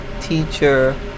teacher